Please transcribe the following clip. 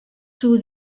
drew